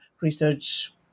research